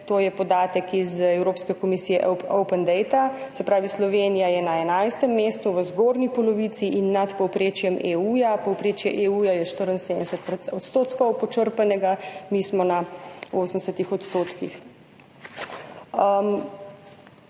To je podatek iz Evropske komisije Open Data, se pravi, Slovenija je na 11. mestu, v zgornji polovici in nad povprečjem EU. Povprečje EU je 74 % počrpanega, mi smo na 80 %.